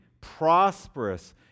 prosperous